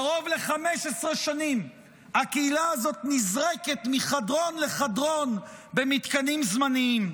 קרוב ל-15 שנים הקהילה הזאת נזרקת מחדרון לחדרון במתקנים זמניים.